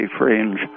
range